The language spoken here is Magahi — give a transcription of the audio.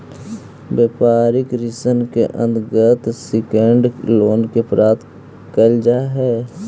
व्यापारिक ऋण के अंतर्गत सिंडिकेट लोन भी प्रदान कैल जा हई